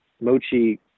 Mochi